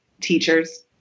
teachers